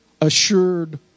assured